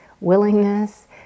willingness